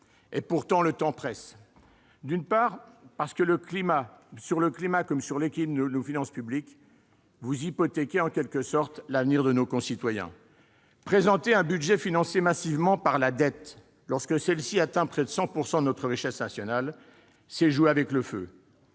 Pourtant, le temps presse. D'une part, qu'il s'agisse du climat ou de l'équilibre de nos finances publiques, vous hypothéquez l'avenir de nos concitoyens. Présenter un budget financé massivement par la dette, lorsque celle-ci représente déjà près de 100 % de notre richesse nationale, c'est jouer avec le feu.